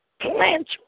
plants